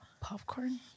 Popcorn